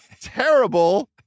terrible